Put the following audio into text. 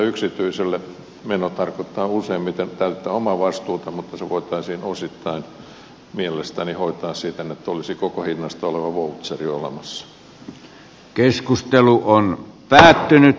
yksityiselle meno tarkoittaa useimmiten täyttä omavastuuta mutta se voitaisiin osittain mielestäni hoitaa siten että olisi koko hinnasta oleva voucher olemassa